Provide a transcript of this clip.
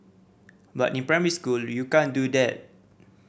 but in primary school you can't do that